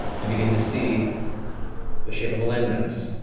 you begin to see the shape of a landmass,